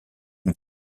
une